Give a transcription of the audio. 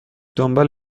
دنبال